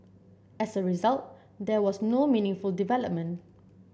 as a result there was no meaningful development